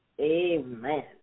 Amen